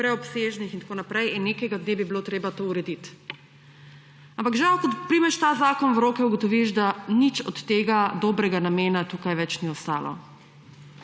preobsežnih in tako naprej in nekega dne bi bilo treba to urediti. Ampak žal, ko primeš ta zakon v roke, ugotoviš, da nič od tega dobrega namena tukaj več ni ostalo.